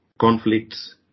conflicts